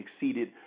exceeded